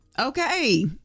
Okay